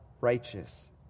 righteous